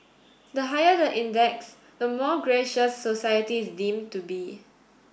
the higher the index the more gracious society is deemed to be